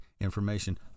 information